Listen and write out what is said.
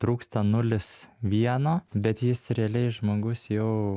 trūksta nulis vieno bet jis realiai žmogus jau